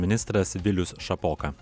ministras vilius šapoka